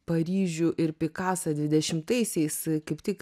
paryžių ir pikasą dvidešimtaisiais kaip tik